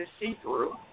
see-through